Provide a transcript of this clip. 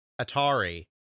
Atari